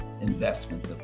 investment